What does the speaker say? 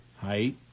Height